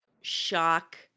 shock